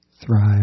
thrive